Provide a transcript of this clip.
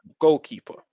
goalkeeper